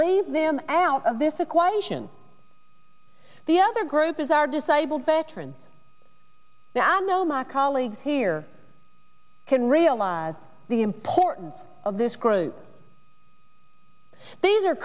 leave them out of this equation the other growth is are disabled veteran i know my colleagues here can realize the importance of this group